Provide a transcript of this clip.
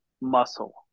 muscle